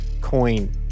coin